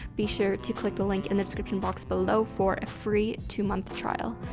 be sure to click the link in the description box below for a free two month trial.